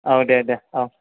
औ दे दे औ